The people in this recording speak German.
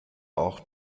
auch